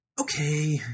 okay